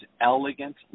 elegant